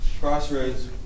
Crossroads